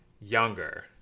younger